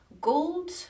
gold